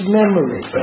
memory